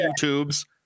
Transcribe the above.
youtubes